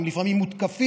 הם לפעמים מותקפים,